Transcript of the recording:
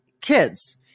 kids